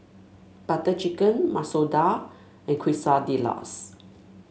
Butter Chicken Masoor Dal and Quesadillas